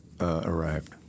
arrived